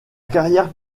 carrière